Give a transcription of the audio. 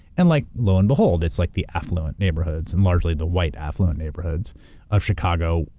and like low and behold, it's like the affluent neighborhoods, and largely the white affluent neighborhoods of chicago.